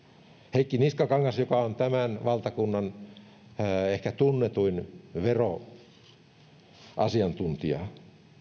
heikki niskakangas joka on tämän valtakunnan ehkä tunnetuin veroasiantuntija